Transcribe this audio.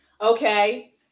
Okay